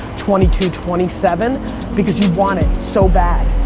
twenty two, twenty seven because you want it so bad.